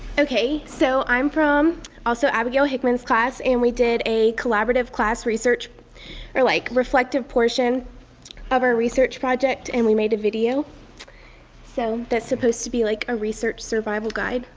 okay so, i um from also abigail hickman's class and we did a collaborative class research or like reflective portion of our research project and we made a video so that's supposed to be like a research survival guide.